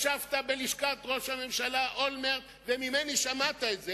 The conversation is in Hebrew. ישבת בלשכת ראש הממשלה אולמרט וממני שמעת את זה.